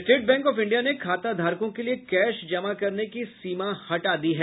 state Bank of India ने खाताधारकों के लिए कैश जमा करने की सीमा हटा दी है